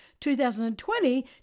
2020